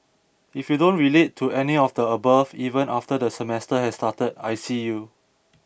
if you don't relate to any of the above even after the semester has started I see you